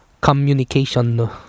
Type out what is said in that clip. communication